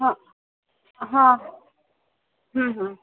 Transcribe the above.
हां हां